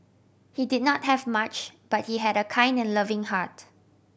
he did not have much but he had a kind and loving heart